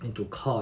into court